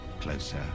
closer